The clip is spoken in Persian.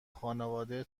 خانواده